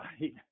right